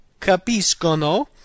Capiscono